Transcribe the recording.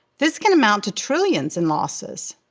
this can amount to trillions in losses.